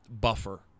buffer